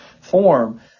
form